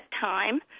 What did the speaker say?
time